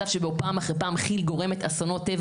מצב שבו פעם אחרי פעם כי"ל גורמת אסונות טבע